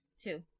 Two